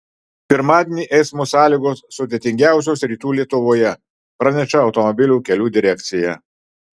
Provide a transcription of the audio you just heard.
pirmadienį eismo sąlygos sudėtingiausios rytų lietuvoje praneša automobilių kelių direkcija